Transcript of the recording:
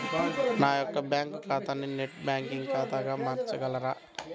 నా యొక్క బ్యాంకు ఖాతాని నెట్ బ్యాంకింగ్ ఖాతాగా మార్చగలరా?